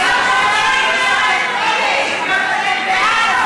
איפה הייתם כששר האוצר היה יאיר לפיד?